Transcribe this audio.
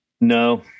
no